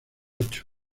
ocho